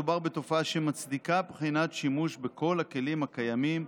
מדובר בתופעה אשר מצדיקה בחינת שימוש בכל הכלים הקיימים,